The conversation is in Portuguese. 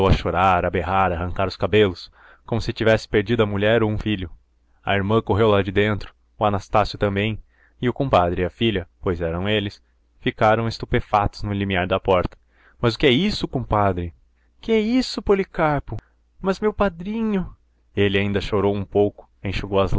chorar a berrar a arrancar os cabelos como se tivesse perdido a mulher ou um filho a irmã correu lá de dentro o anastácio também e o compadre e a filha pois eram eles ficaram estupefatos no limiar da porta mas que é isso compadre que é isso policarpo mas meu padrinho ele ainda chorou um pouco enxugou as